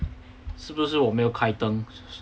是不是我没有开灯